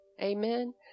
Amen